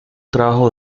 trabajo